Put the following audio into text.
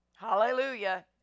Hallelujah